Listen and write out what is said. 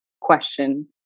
question